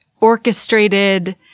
orchestrated